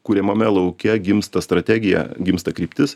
kuriamame lauke gimsta strategija gimsta kryptis